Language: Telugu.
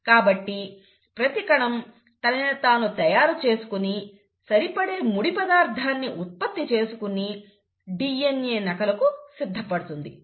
కాబట్టి ప్రతికణం తనని తాను తయారుచేసుకుని సరిపడే ముడిపదార్థాన్ని ఉత్పత్తి చేసుకుని DNA నకలుకు సిద్ధపడుతుంది